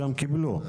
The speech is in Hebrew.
גם קיבלו.